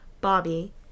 Bobby